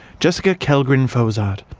jessica kellgren-fozard.